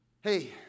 Hey